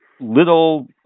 little